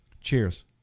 Cheers